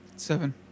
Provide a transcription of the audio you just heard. Seven